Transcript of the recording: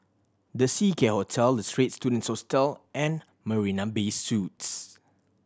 The Seacare Hotel The Straits Students Hostel and Marina Bay Suites